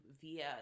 via